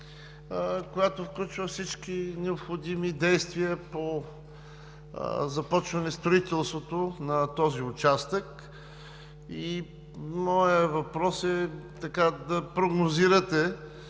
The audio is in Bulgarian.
която включва всички необходими действия по започване строителството на този участък. Моят въпрос е да прогнозирате: